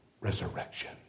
resurrection